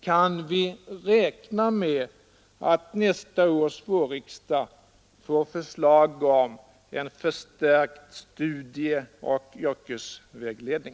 Kan vi räkna med att nästa års vårriksdag får förslag om en förstärkt studieoch yrkesvägledning?